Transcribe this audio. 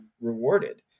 rewarded